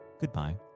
goodbye